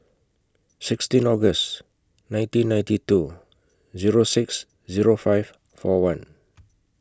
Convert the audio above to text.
sixteen August nineteen ninety two Zero six Zero five four one